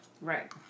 Right